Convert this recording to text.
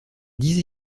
dix